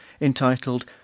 entitled